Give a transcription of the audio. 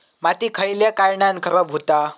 माती खयल्या कारणान खराब हुता?